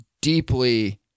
deeply